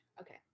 Okay